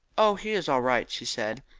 oh, he is all right, she said.